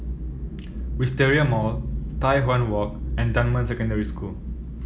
Wisteria Mall Tai Hwan Walk and Dunman Secondary School